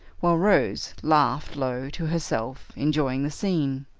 while rose laughed low to herself, enjoying the scene.